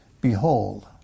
Behold